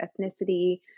ethnicity